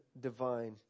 divine